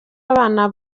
abana